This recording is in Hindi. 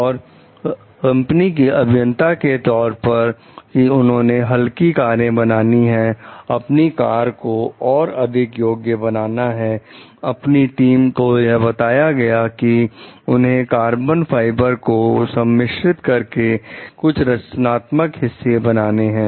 और कंपनी के अभियान के तौर पर कि उन्हें हल्की कारें बनानी है आपकी कार को और अधिक योग्य बनाना है आपकी टीम को यह बताया गया है कि उन्हें कार्बन फाइबर को संमिश्रित करके कुछ रचनात्मक हिस्से बनाने हैं